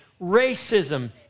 racism